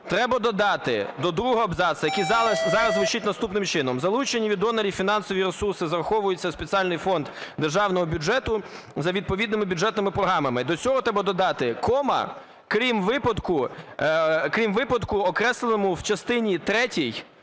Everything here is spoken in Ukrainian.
треба додати до другого абзацу, який зараз звучить наступним чином: "Залучені від донорів фінансові ресурси зараховуються в спеціальний фонд Державного бюджету за відповідними бюджетними програмами". До цього треба додати: (кома) крім випадку… крім випадку, окресленому в частині третій…